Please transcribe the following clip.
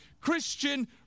Christian